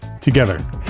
together